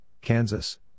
Kansas